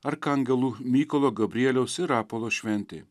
arkangelų mykolo gabrieliaus ir rapolo šventei